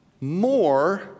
more